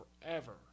forever